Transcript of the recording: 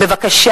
בבקשה.